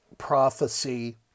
prophecy